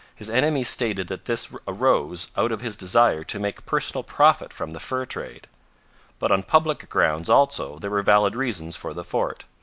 his enemies stated that this arose out of his desire to make personal profit from the fur trade but on public grounds also there were valid reasons for the fort.